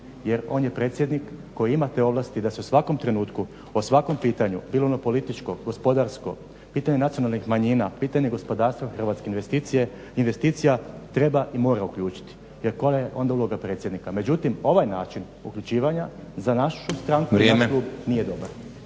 Jer on je predsjednik koji ima te ovlasti da se u svakom trenutku o svakom pitanju bilo ono političko, gospodarsko, pitanje nacionalnih manjina, pitanje gospodarska u Hrvatskoj, investicija treba i mora uključiti. Jer koja je onda uloga predsjednika. Međutim, ovaj način uključivanja za našu stranku i naš klub nije dobar.